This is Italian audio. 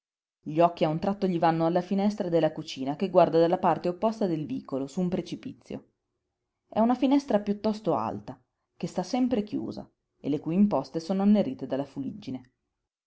gli occhi a un tratto gli vanno alla finestra della cucina che guarda dalla parte opposta del vicolo su un precipizio è una finestra piuttosto alta che sta sempre chiusa e le cui imposte sono annerite dalla fuliggine